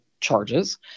charges